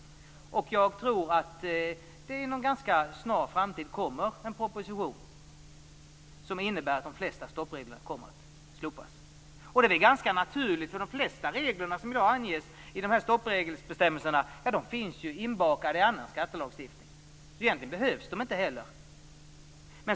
Jag tror att det inom en snar framtid läggs fram en proposition som innebär att de flesta stoppreglerna kommer att slopas. Det är ganska naturligt. De flesta regler som anges i bestämmelserna om stoppregler finns inbakade i annan skattelagstiftning. Egentligen behövs de inte.